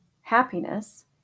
happiness